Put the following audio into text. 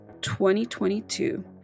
2022